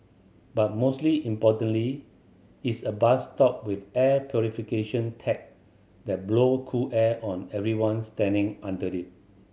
but mostly importantly it's a bus stop with air purification tech that blow cool air on anyone standing under it